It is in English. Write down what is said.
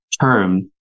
term